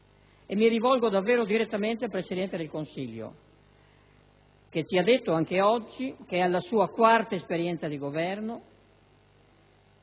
Mi rivolgo direttamente al Presidente del Consiglio che ci ha ricordato anche oggi che è alla sua quarta esperienza di Governo